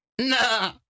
Nah